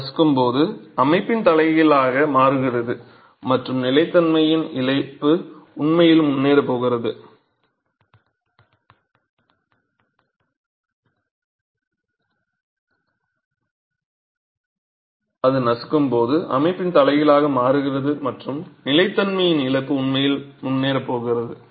அது நசுக்கும்போது அமைப்பின் தலைகீழாக மாறுகிறது மற்றும் நிலைத்தன்மையின் இழப்பு உண்மையில் முன்னேறப் போகிறது